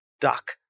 duck